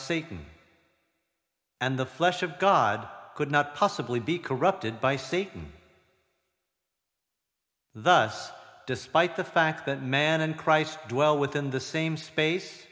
satan and the flesh of god could not possibly be corrupted by satan thus despite the fact that man and christ dwell within the same space